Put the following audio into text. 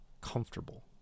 comfortable